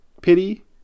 pity